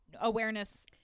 awareness